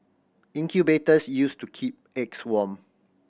incubators used to keep eggs warm